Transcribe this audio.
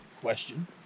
question